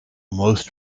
most